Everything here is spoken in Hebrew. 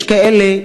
יש כאלה,